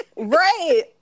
right